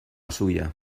suya